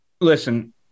Listen